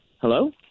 Hello